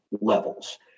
levels